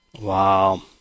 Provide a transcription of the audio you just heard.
Wow